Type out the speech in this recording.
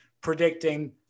predicting